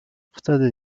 wtedy